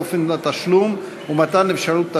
קסדת מגן בעת רכיבה על אופניים חשמליים או על קורקינט חשמלי),